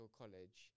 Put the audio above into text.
college